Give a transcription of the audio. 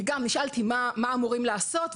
נשאלתי מה אמורים לעשות.